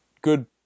good